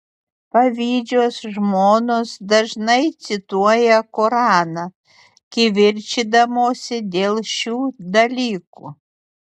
pavydžios žmonos dažnai cituoja koraną kivirčydamosi dėl šių dalykų